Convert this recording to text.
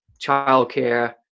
childcare